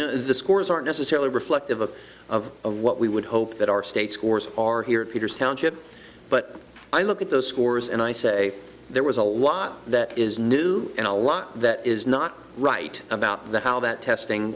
know the scores aren't necessarily reflective of of what we would hope that our state scores are here peters township but i look at those scores and i say there was a lot that is new and a lot that is not right about that how that testing